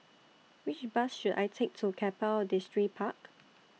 Which Bus should I Take to Keppel Distripark